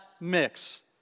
mix